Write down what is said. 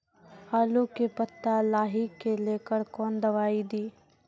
आलू के पत्ता लाही के लेकर कौन दवाई दी?